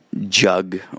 jug